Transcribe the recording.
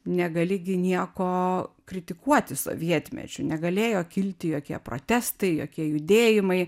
negali gi nieko kritikuoti sovietmečiu negalėjo kilti jokie protestai jokie judėjimai